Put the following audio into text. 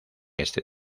este